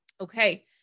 Okay